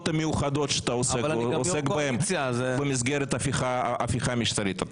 המיוחדות שאתה עוסק בהן במסגרת הפיכה משטרית.